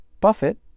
Buffett